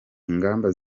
ingamba